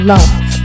Love